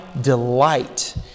delight